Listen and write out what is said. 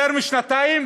יותר משנתיים,